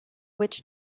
witch